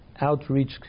outreach